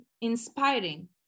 inspiring